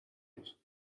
los